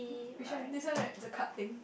which one this one at the cut thing